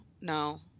no